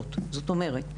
זאת אומרת,